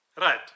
right